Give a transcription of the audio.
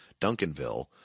Duncanville